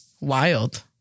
wild